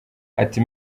ati